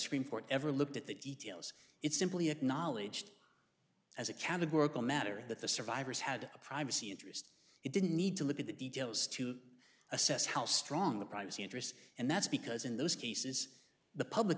supreme court ever looked at the details it simply acknowledged as a categorical matter that the survivors had a privacy interest it didn't need to look at the details to assess how strong the privacy interest and that's because in those cases the public